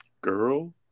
girl